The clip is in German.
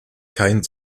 keinen